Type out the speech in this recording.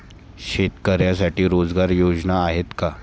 शेतकऱ्यांसाठी रोजगार योजना आहेत का?